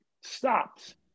stops